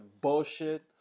bullshit